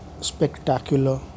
spectacular